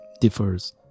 differs